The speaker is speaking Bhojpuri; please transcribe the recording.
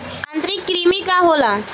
आंतरिक कृमि का होला?